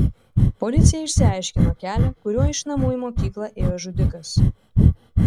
policija išsiaiškino kelią kuriuo iš namų į mokyklą ėjo žudikas